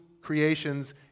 creations